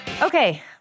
Okay